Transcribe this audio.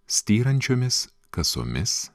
styrančiomis kasomis